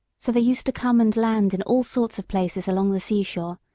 so they used to come and land in all sorts of places along the sea-shore,